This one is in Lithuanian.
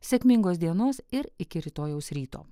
sėkmingos dienos ir iki rytojaus ryto